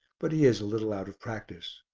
but he is a little out of practice.